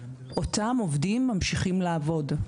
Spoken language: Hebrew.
אותם עובדים ממשיכים לעבוד.